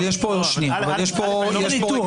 אבל יש פה --- לא ניטור,